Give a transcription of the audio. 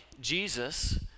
Jesus